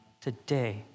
today